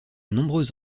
nombreux